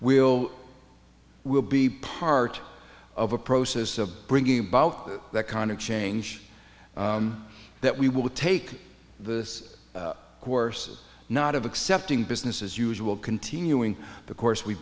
will will be part of a process of bringing about that kind of change that we will take the course not of accepting business as usual continuing the course we've